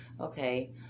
okay